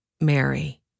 Mary